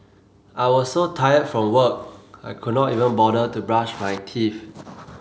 I was so tired from work I could not even bother to brush my teeth